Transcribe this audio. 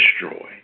destroy